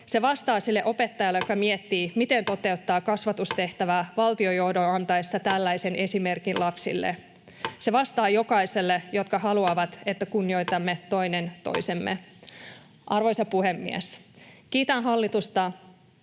Se vastaa sille opettajalle, joka miettii, miten toteuttaa kasvatustehtävää valtiojohdon antaessa tällaisen esimerkin lapsille. Se vastaa jokaiselle, joka haluaa, että kunnioitamme toinen toistamme. Arvoisa puhemies! Kiitän hallitusta